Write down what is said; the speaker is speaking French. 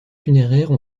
funéraires